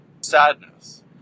Sadness